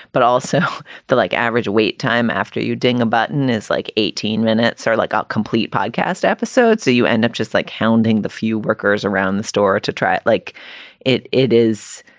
but also the like average wait time after you ding a button is like eighteen minutes are like ah complete podcast episode. so you end up just like hounding the few workers around the store to try it like it. it is.